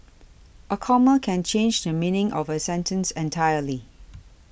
a comma can change the meaning of a sentence entirely